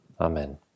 Amen